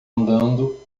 andando